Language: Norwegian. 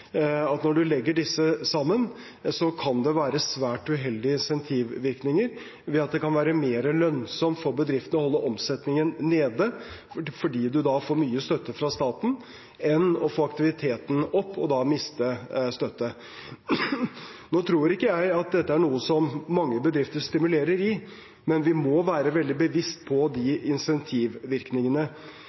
at når man legger disse sammen, kan det være svært uheldige insentivvirkninger ved at det kan være mer lønnsomt for bedriftene å holde omsetningen nede fordi man da får mye støtte fra staten, enn å få aktiviteten opp og da miste støtte. Nå tror ikke jeg at dette er noe som mange bedrifter spekulerer i, men vi må være veldig bevisst på insentivvirkningene.